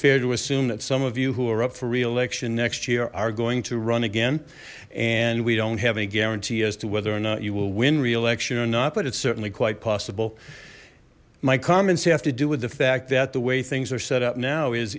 fair to assume that some of you who are up for re election next year are going to run again and we don't have any guarantee as to whether or not you will win re election or not but it's certainly quite possible my comments have to do with the fact that the way things are set up now is